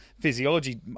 physiology